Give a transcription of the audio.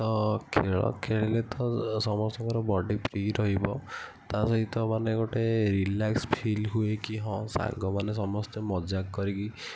ତ ଖେଳ ଖେଳିଲେ ତ ସମସ୍ତଙ୍କର ବଡ଼ି ଫ୍ରି ରହିବ ତା'ସହିତ ମାନେ ଗୋଟେ ରିଲାକ୍ସ ଫିଲ୍ ହୁଏ କି ହଁ ସାଙ୍ଗମାନେ ସମସ୍ତେ ମଜାକ୍ କରିକି